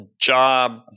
job